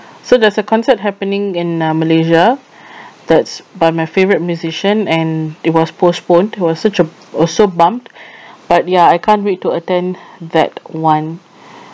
so there's a concert happening in uh malaysia that's by my favorite musician and it was postponed it was such a also bumped but ya I can't wait to attend that one